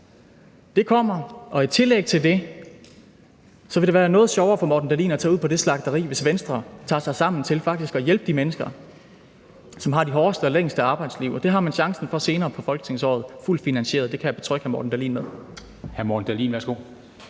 Det kommer, og i tillæg til det vil det være noget sjovere for Morten Dahlin at tage ud på det slagteri, hvis Venstre tager sig sammen til faktisk at hjælpe de mennesker, som har det hårdeste og længste arbejdsliv. Det har man chancen for at gøre fuldt finansieret senere på folketingsåret. Det kan jeg betrygge hr. Morten Dahlin med.